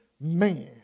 man